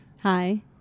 Hi